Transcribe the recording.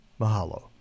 Mahalo